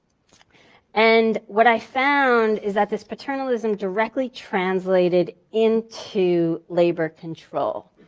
and what i found is that this paternalism directly translated into labor control.